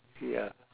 ya